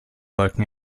wolken